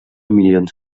milions